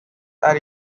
are